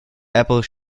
apple